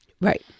Right